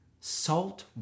salt